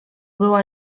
była